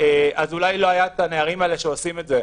אז אולי לא היו הנערים האלה שעושים את זה.